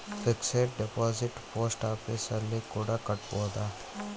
fixed deposit post office ಅಲ್ಲಿ ಕೂಡ ಕಟ್ಬೋದು